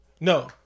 No